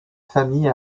famille